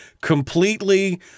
completely